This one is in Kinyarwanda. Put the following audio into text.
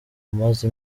umaze